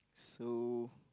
so